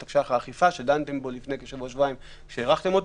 זה תקש"ח האכיפה שדנתם בו לפני כשבוע-שבועיים והארכתם את